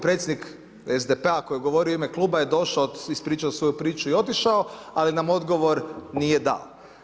Predsjednik SDP-a koji je govorio u ime kluba je došao, ispričao svoju priču i otišao ali nam odgovor nije dao.